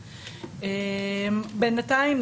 בינתיים,